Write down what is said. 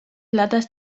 latas